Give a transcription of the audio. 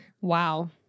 Wow